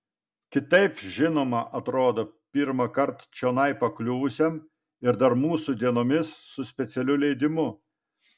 kitaip žinoma atrodo pirmąkart čionai pakliuvusiam ir dar mūsų dienomis su specialiu leidimu